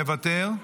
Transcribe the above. מוותר,